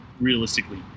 realistically